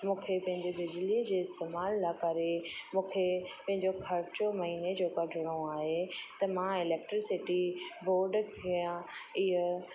मूंखे पंहिंजे बिजलीअ जे इस्तेमालु लाइ करे मूंखे पंहिंजो ख़र्चो महीने जो कढिणो आहे त मां इलेक्ट्रिसिटी बॉड खे या इयं